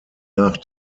nach